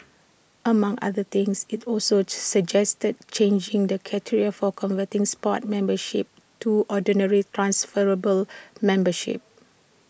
among other things IT also suggested changing the criteria for converting sports memberships to ordinary transferable memberships